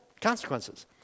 consequences